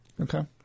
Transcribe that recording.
Okay